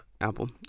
Apple